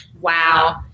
Wow